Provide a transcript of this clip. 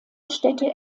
städte